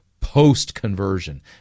post-conversion